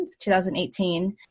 2018